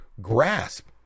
grasp